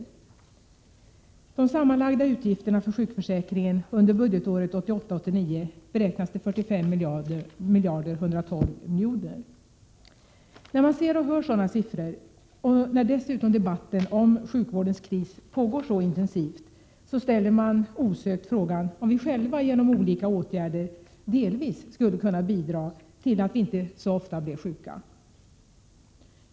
S maj 1988 De sammanlagda utgifterna för sjukförsäkringen under budgetåret 1988/ GG 89 beräknas till 45 112 milj.kr. När man ser och hör sådana siffror och när Bi idrag till sjukförsäkdessutom debatten om sjukvårdens kris pågår så intensivt, ställer man osökt — ””8er m.m. frågan om vi själva genom olika åtgärder delvis skulle kunna bidra till att vi inte så ofta blev sjuka.